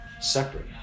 separate